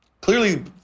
Clearly